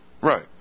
Right